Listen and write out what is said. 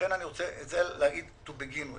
לכן אני רוצה להתחיל בזה.